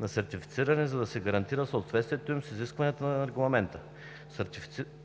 на сертифициране, за да се гарантира съответствието им с изискванията на Регламента.